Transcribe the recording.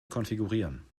konfigurieren